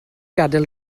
gadael